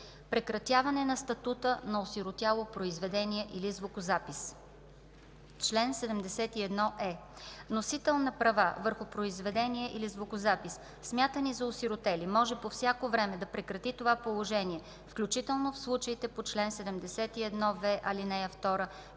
Прекратяване на статута на осиротяло произведение или звукозапис Чл. 71е. Носител на права върху произведение или звукозапис, смятани за осиротели, може по всяко време да прекрати това положение, включително в случаите по чл. 71в, ал. 2,